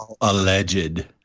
alleged